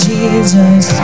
Jesus